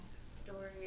story